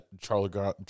Charlie